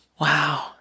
Wow